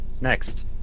Next